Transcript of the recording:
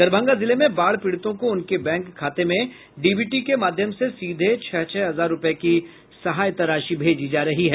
दरभंगा जिले में बाढ़ पीड़ितों को उनके बैंक खाते में डीबीटी के माध्यम से सीधे छह छह हजार रूपये की सहायता राशि भेजी जा रही है